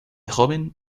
joven